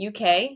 UK